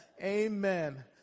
Amen